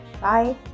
bye